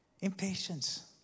impatience